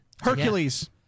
Hercules